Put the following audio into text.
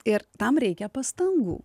ir tam reikia pastangų